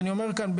אני אומר כאן,